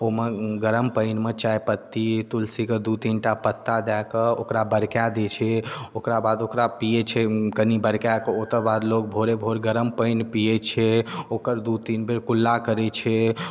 ओहो मे गरम पानिमे चायपत्ती तुलसी के दू तीन टा पत्ता दए कऽ ओकरा बरकाए दै छै ओकरा बाद ओकरा पियै छै कनी बरकाए कऽ ओकर बाद लोग भोरे भोर गरम पानि पियै छै ओकर दू तीन बेर कुल्ला करै छै